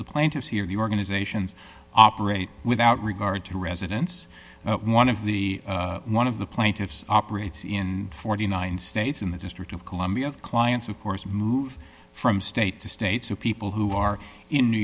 the plaintiffs here the organizations operate without regard to residence and one of the one of the plaintiffs operates in forty nine states in the district of columbia clients of course move from state to state so people who are in new